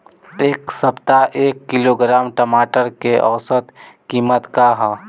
एक सप्ताह एक किलोग्राम मटर के औसत कीमत का ह?